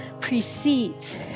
precedes